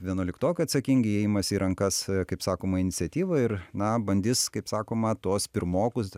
vienuoliktokai atsakingi jie imasi į rankas kaip sakoma iniciatyvą ir na bandys kaip sakoma tuos pirmokus